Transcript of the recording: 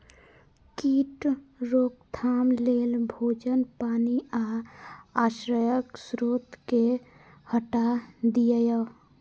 कीट रोकथाम लेल भोजन, पानि आ आश्रयक स्रोत कें हटा दियौ